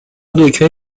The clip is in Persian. دکمه